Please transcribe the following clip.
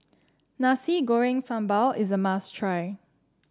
Nasi Goreng Sambal is a must try